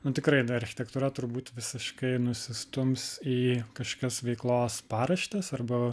nu tikrai na architektūra turbūt visiškai nusistums į kažkokias veiklos paraštes arba